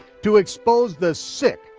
to expose the sick,